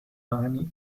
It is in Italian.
mani